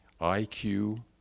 IQ